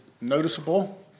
noticeable